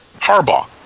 Harbaugh